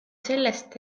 sellest